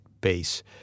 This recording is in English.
base